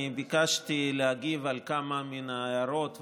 אני ביקשתי להגיב על כמה מן ההערות,